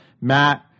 Matt